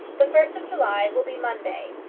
the first of july will be monday.